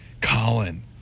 Colin